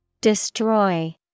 Destroy